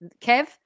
Kev